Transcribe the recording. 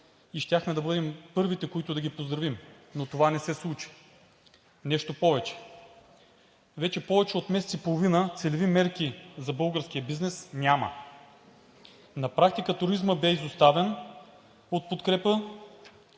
да бъдем първите, които да ги поздравим, но това не се случи. Нещо повече, вече повече от месец и половина целеви мерки за българския бизнес няма. На практика туризмът бе изоставен от подкрепа,